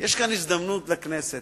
יש כאן הזדמנות לכנסת.